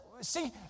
see